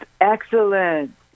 excellent